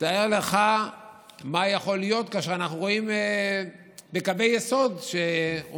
תאר לך מה יכול להיות כאשר אנחנו רואים בקווי היסוד שהונחו,